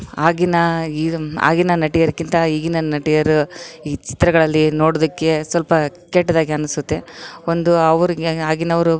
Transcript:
ಆಗಿನ ಈಗ ಆಗೀನ ನಟಿಯರಿಗಿಂತ ಈಗಿನ ನಟಿಯರು ಈ ಚಿತ್ರಗಳಲ್ಲಿ ನೋಡಿದಕ್ಕೆ ಸ್ವಲ್ಪ ಕೆಟ್ಟದಾಗಿ ಅನಿಸುತ್ತೆ ಒಂದು ಅವರಿಗೆ ಆಗಿನವರು